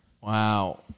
Wow